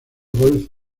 wolf